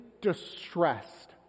distressed